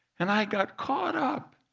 and i got caught up